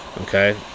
Okay